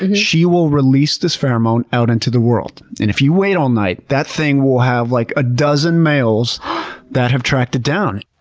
she will release this pheromone out into the world, and if you wait all night, that thing will have like a dozen males that have tracked it down.